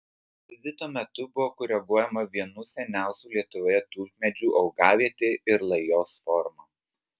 vizito metu buvo koreguojama vienų seniausių lietuvoje tulpmedžių augavietė ir lajos forma